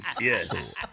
Yes